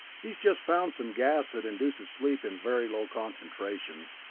he has just found some gas that induces sleep in very low concentrations,